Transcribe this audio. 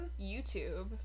YouTube